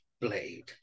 blade